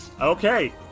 Okay